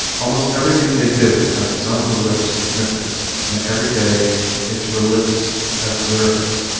almost everything they do has some religious significance and every day its religious observance.